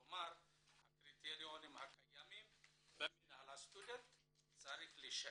כלומר הקריטריונים הקיימים במינהל הסטודנטים צריכים להישאר.